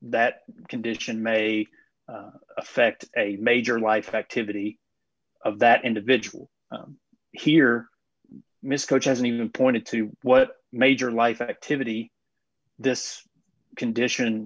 that condition may affect a major life activity of that individual here miss coach hasn't even pointed to what major life activity this condition